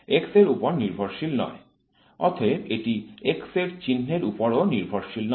অতএব এটি x এর চিহ্নের উপরও নির্ভরশীল নয়